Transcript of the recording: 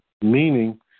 Meaning